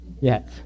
Yes